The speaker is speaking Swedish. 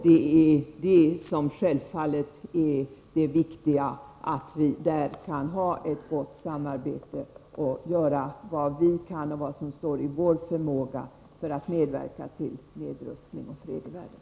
Det är självfallet detta som är det viktiga — att vi kan ha ett gott samarbete i dessa frågor och att vi gör vad som står i vår makt för att medverka till nedrustning och fred i världen.